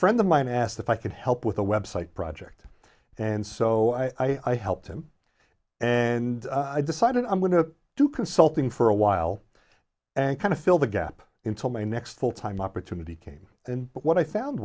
friend of mine asked if i could help with a website project and so i helped him and i decided i'm going to do consulting for a while and kind of fill the gap into my next full time opportunity came in but what i found